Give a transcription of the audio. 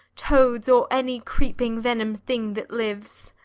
toads, or any creeping venom'd thing that lives!